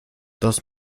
das